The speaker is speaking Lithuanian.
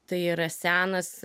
tai yra senas